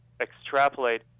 extrapolate